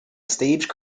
stage